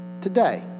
today